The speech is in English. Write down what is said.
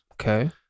Okay